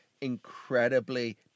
incredibly